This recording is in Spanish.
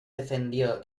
defendió